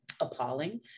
appalling